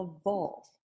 evolve